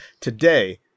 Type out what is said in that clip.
today